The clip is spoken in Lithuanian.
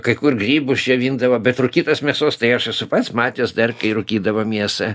kai kur grybus džiovindavo bet rūkytos mėsos tai aš esu pats matęs dar kai rūkydavo mėsą